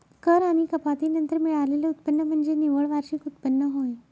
कर आणि कपाती नंतर मिळालेले उत्पन्न म्हणजे निव्वळ वार्षिक उत्पन्न होय